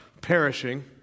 perishing